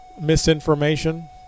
misinformation